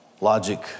logic